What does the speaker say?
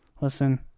listen